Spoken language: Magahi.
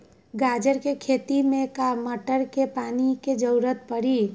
गाजर के खेती में का मोटर के पानी के ज़रूरत परी?